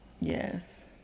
Yes